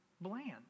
bland